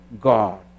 God